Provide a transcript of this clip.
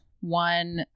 One